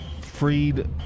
Freed